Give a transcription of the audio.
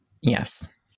Yes